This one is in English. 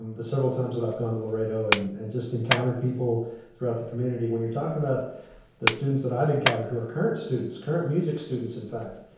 the several times that i've gone to laredo and just encountered people throughout the community. when you're talking about the students that i've encountered who are current students, current music students, in fact,